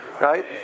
right